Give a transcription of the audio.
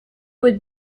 would